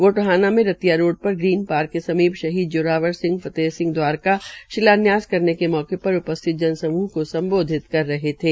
वो टोहाना में रतिया रोड पर ग्रीन पार्क के समीप शहीद जोरावर सिंह फतेहसिंह द्वार का शिलान्यास करने के मौके पर उपस्तिथ जनसमूह को संबोधित कर रहे थे